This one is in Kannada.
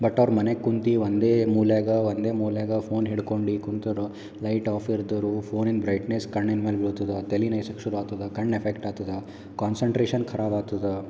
ಬಟ್ ಅವ್ರು ಮನೇಗೆ ಕೂತು ಒಂದೇ ಮೂಲ್ಯಾಗ ಒಂದೇ ಮೂಲ್ಯಾಗೆ ಫೋನ್ ಹಿಡ್ಕೊಂಡು ಕೂತರು ಲೈಟ್ ಆಫ್ ಇದ್ದರು ಫೋನಿಂದ ಬ್ರೈಟ್ನೆಸ್ ಕಣ್ಣಿನ ಮ್ಯಾಲೆ ಬೀಳ್ತದೆ ತಲಿ ನೊಯ್ಸಕ್ಕೆ ಶುರು ಆಗ್ತದ ಕಣ್ಣು ಎಫೆಕ್ಟ್ ಆಗ್ತದ ಕಾನ್ಸನ್ಟ್ರೇಶನ್ ಖರಾಬ್ ಆಗ್ತದ